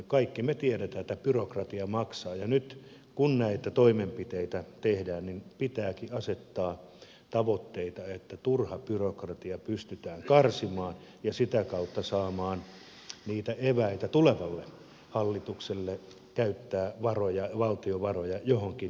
kaikki me tiedämme että byrokratia maksaa ja nyt kun näitä toimenpiteitä tehdään pitääkin asettaa tavoitteita että turha byrokratia pystytään karsimaan ja sitä kautta pystytään saamaan niitä eväitä tulevalle hallitukselle käyttää valtion varoja johonkin muuhun tarkoitukseen